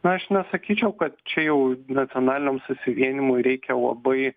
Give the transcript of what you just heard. na aš nesakyčiau kad čia jau nacionaliam susivienijimui reikia labai